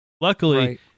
Luckily